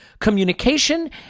communication